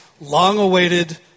long-awaited